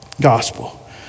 Gospel